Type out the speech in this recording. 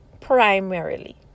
primarily